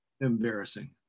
embarrassing